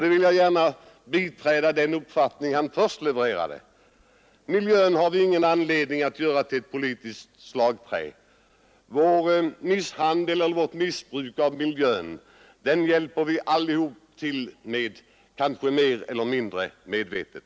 Jag vill gärna biträda den uppfattning han först hade: miljön har vi ingen anledning att göra till politiskt slagträ. Vårt missbruk av miljön hjälper vi alla till med, kanske mer eller mindre medvetet.